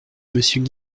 monsieur